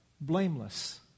blameless